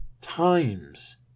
times